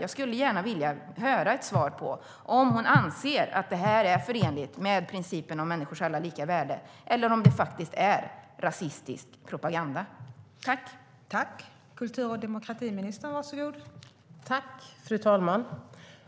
Jag vill gärna höra om demokratiministern anser att det är förenligt med principen om alla människors lika värde eller om det faktiskt är rasistisk propaganda.